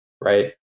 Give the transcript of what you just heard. right